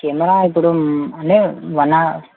camera ఇప్పుడు అంటే వనా